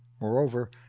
moreover